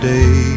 day